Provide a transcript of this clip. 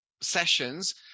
sessions